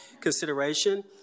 consideration